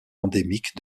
endémiques